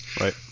right